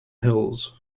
hills